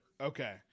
Okay